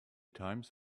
times